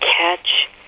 catch